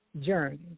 Journey